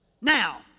now